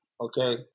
okay